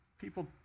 people